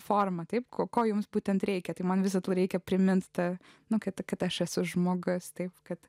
forma taip ko ko jums būtent reikia tai man viso to reikia primins tas nu kad kad aš esu žmogus taip kad